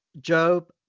job